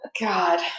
god